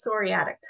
psoriatic